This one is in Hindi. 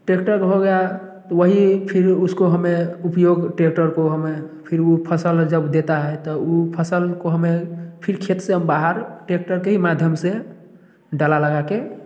ट्रैक्टर हो गया तो वही फिर उसको हमें उपयोग ट्रैक्टर को हमें फिर वो फसल जब देता है तो उस फसल को हमें फिर खेत से हम बाहर ट्रैक्टर के ही माध्यम से डाला लगाके